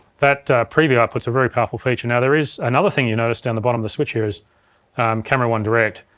that preview output's a very powerful feature. now there is another thing you'll notice down the bottom of the switcher here is camera one direct.